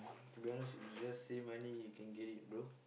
to be honest if you just save money you can get it bro